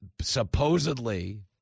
supposedly